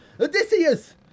Odysseus